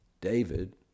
David